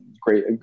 great